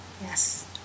yes